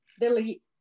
delete